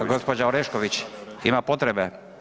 Gđa. Orešković, ima potrebe?